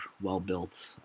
well-built